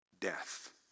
death